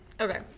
Okay